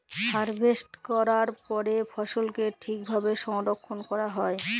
harvest ক্যরার পরে ফসলকে ঠিক ভাবে সংরক্ষল ক্যরা হ্যয়